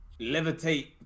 Levitate